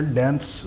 dance